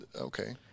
okay